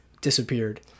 disappeared